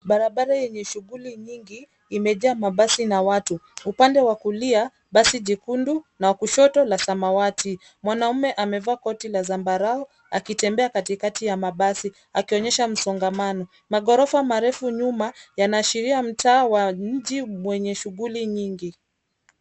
Barabara yenye shughuli nyingi imejaa mabasi na watu upande wa kulia, basi jekundu na kushoto la samawati. Mwanaume amevaa koti la zambarau akitembea katikati ya mabasi akionyesha msongamano. Maghorofa marefu nyuma yanaashiria mtaa wa mji mwenye shughuli nyingi.